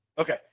Okay